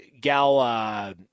Gal